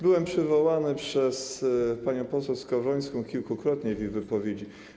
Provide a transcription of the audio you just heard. Byłem przywołany przez panią poseł Skowrońską kilkukrotnie w jej wypowiedzi.